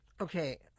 Okay